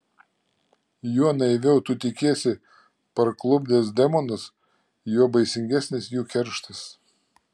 juo naiviau tu tikiesi parklupdęs demonus juo baisingesnis jų kerštas